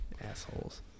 assholes